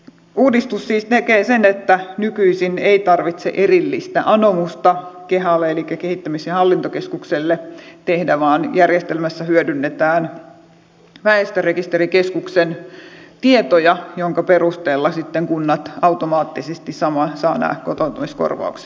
uudistus siis tekee sen että nykyisin ei tarvitse erillistä anomusta kehalle elikkä kehittämis ja hallintokeskukselle tehdä vaan järjestelmässä hyödynnetään väestörekisterikeskuksen tietoja joiden perusteella sitten kunnat automaattisesti saavat nämä kotoutumiskorvaukset